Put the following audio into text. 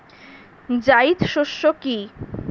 জায়িদ শস্য কি?